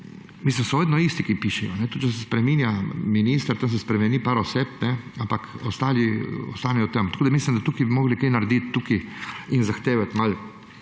mislim, so vedno isti, ki pišejo. Tudi, če se spreminja minister, to se spremeni par oseb, ampak ostali ostanejo tam. Tako mislim, da tukaj bi mogli kaj narediti in zahtevati malo